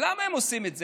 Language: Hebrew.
למה הם עושים את זה?